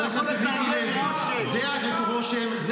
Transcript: אתה לא יכול --- זה הרושם שיוצא,